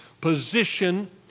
position